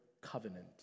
covenant